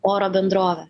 oro bendrove